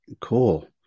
Cool